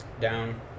down